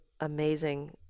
amazing